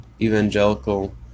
evangelical